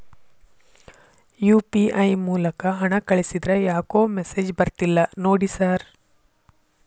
UPI ಮೂಲಕ ಹಣ ಕಳಿಸಿದ್ರ ಯಾಕೋ ಮೆಸೇಜ್ ಬರ್ತಿಲ್ಲ ನೋಡಿ ಸರ್?